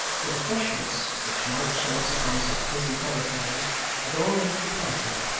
for the freshness which night sheds upon such busy thoroughfares had already departed,